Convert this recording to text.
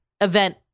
event